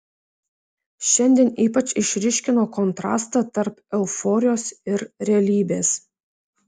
šiandiena ypač išryškino kontrastą tarp euforijos ir realybės